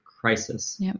crisis